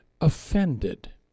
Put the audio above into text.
offended